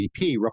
GDP